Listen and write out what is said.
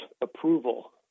approval